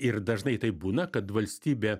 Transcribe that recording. ir dažnai taip būna kad valstybė